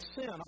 sin